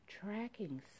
tracking